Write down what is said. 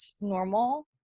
normal